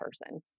person